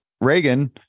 Reagan